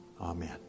Amen